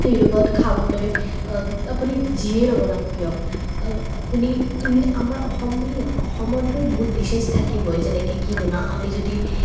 ইউটিউবত খাবলৈ আপুনি যিয়ে নবনাওক কিয় আপুনি ইন আমাৰ অসম বুলি নহয় অসমৰতো বহুত ডিছেছ থাকিবই যেনেকৈ কি বনাও আমি যদি